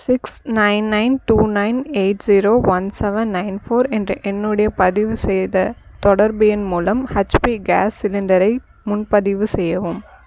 six nine nine two nine eight zero one seven nine four என்ற என்னுடைய பதிவு செய்த தொடர்பு எண் மூலம் ஹெச்பி கேஸ் சிலிண்டரை முன்பதிவு செய்யவும்